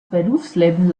berufsleben